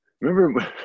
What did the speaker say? Remember